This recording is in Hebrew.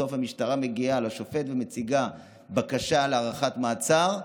בסוף המשטרה מגיעה לשופט ומגישה בקשה להארכת מעצר,